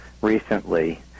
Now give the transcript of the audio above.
recently